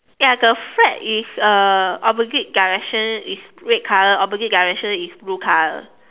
ya the flag is uh opposite direction is red color opposite direction is blue color